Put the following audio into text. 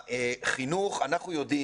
החינוך ואנחנו יודעים,